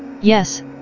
yes